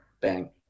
bang